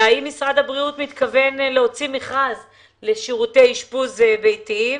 והאם משרד הבריאות מתכוון להוציא מכרז לשירותי אשפוז ביתיים?